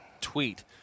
tweet